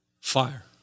fire